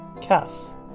Cass